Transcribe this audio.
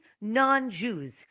non-Jews